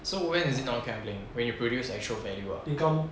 so when is not gambling when you produce actual value ah